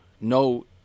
no